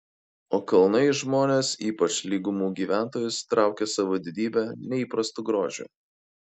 o kalnai žmones ypač lygumų gyventojus traukia savo didybe neįprastu grožiu